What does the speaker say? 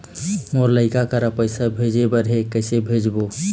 मोर लइका करा पैसा भेजें बर हे, कइसे भेजबो?